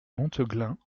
monteglin